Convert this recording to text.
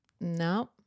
No